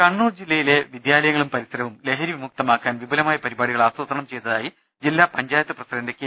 കണ്ണൂർ ജില്ലയിലെ വിദ്യാലയങ്ങളും പരിസരവും ലഹരി വിമു ക്തമാക്കാൻ വിപുലമായ പരിപാടികൾ ആസൂത്രണം ചെയ്തതായി ജില്ലാ പഞ്ചായത്ത് പ്രസിഡന്റ് കെ